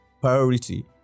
priority